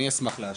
אני אשמח להשיב.